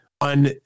On